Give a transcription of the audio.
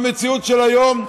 במציאות של היום,